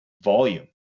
Volume